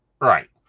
right